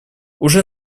уже